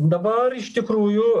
dabar iš tikrųjų